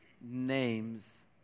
name's